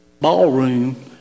ballroom